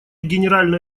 генеральной